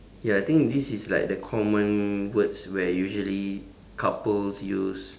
ya I think this is like the common words where usually couples use